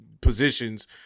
positions